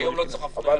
היום לא צריך הפניה.